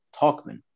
Talkman